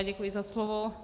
Děkuji za slovo.